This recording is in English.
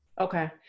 Okay